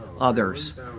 others